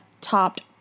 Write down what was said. topped